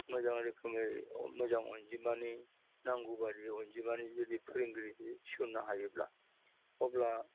मोजां रोखोमै मोजां अनजिमानि नांगौ बायदि अनजिमानि जुदि फोरोंगिरि थिसननो हायोब्ला अब्ला